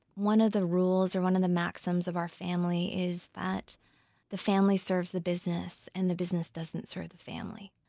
one of the rules, or one of the maxims, of our family is that the family serves the business and the business doesn't serve the family.